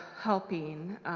helping